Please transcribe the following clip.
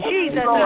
Jesus